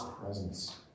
presence